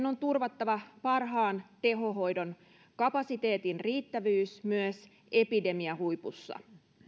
on turvattava parhaan tehohoidon kapasiteetin riittävyys myös epidemiahuipussa